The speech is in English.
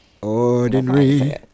Ordinary